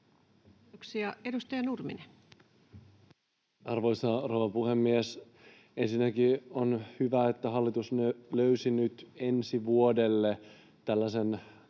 Kiitoksia. — Edustaja Nurminen. Arvoisa rouva puhemies! Ensinnäkin on hyvä, että hallitus löysi nyt ensi vuodelle tällaisen